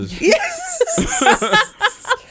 Yes